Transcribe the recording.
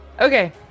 okay